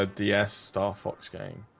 ah ds star fox game.